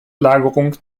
lagerung